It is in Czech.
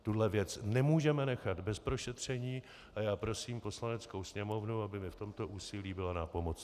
Tuhle věc nemůžeme nechat bez prošetření a já prosím Poslaneckou sněmovnu, aby mi v tomto úsilí byla nápomocna.